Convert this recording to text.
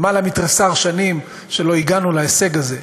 מתריסר שנים שלא הגענו להישג הזה,